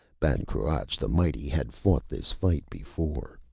ban cruach the mighty had fought this fight before.